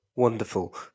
Wonderful